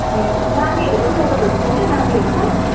ए नानीहरूको साइकलहरू पाउँछ नानीहरूको